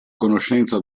conoscenza